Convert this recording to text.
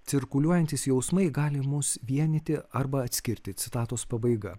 cirkuliuojantys jausmai gali mus vienyti arba atskirti citatos pabaiga